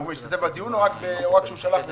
הוא משתתף בדיון, או רק שהוא שלח וזהו?